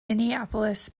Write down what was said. minneapolis